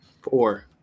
Four